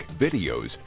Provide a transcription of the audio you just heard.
videos